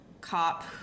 cop